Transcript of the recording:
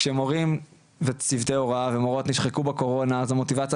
כשמורים וצוותי הוראה ומורות נשחקו בקורונה אז המוטיבציה